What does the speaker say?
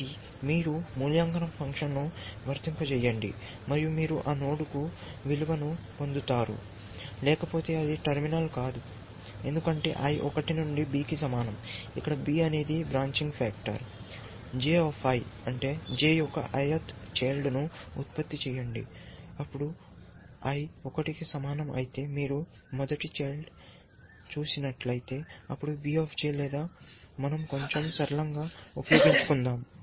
కాబట్టి మీరు మూల్యాంకన ఫంక్షన్ను వర్తింపజేయండి మరియు మీరు ఆ నోడ్కు విలువను పొందుతారు లేకపోతే అది టెర్మినల్ కాదు ఎందుకంటే i 1 నుండి b కి సమానం ఇక్కడ b అనేది బ్రాంచింగ్ ఫ్యాక్టర్ J J యొక్క th చైల్డ్ ను ఉత్పత్తి చేయండి అప్పుడు i 1 కి సమానం అయితే మీరు మొదటి చైల్డ్ను చూస్తున్నట్లయితే అప్పుడు V లేదా మనం కొంచెం సరళంగా ఉపయోగించుకుందాం